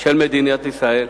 של מדינת ישראל,